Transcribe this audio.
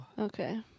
Okay